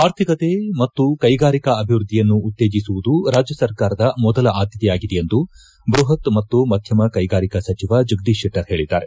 ಅರ್ಥಿಕತೆ ಮತ್ತು ಕೈಗಾರಿಕಾ ಅಭಿವೃದ್ದಿಯನ್ನು ಉತ್ತೇಜಿಸುವುದು ರಾಜ್ಯ ಸರ್ಕಾರದ ಮೊದಲ ಆದ್ಯತೆಯಾಗಿದೆ ಎಂದು ಬೃಹತ್ ಮತ್ತು ಮಧ್ಯಮ ಕೈಗಾರಿಕಾ ಸಚಿವ ಜಗದೀಶ್ ಶೆಟ್ಟರ್ ಹೇಳಿದ್ದಾರೆ